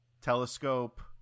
telescope